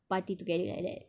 party together like that